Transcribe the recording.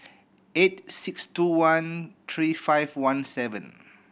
eight six two one three five one seven